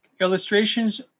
illustrations